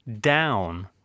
down